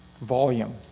volume